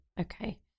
okay